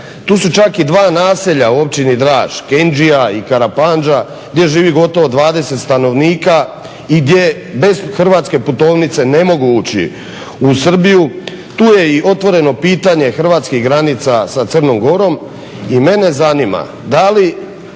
Tu su čak i dva naselja u općini Draž Kendžija i Karapandža gdje živi gotovo 20 stanovnika i gdje bez hrvatske putovnice ne mogu ući u Srbiju. Tu je i otvoreno pitanje hrvatskih granica sa Crnom Gorom. I mene zanima da li